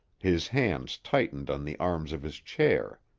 his hands tightened on the arms of his chair.